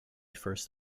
first